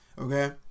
okay